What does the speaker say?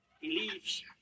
believes